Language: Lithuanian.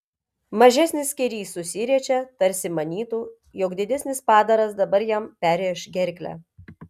mažesnis skėrys susiriečia tarsi manytų jog didesnis padaras dabar jam perrėš gerklę